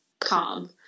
calm